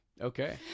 Okay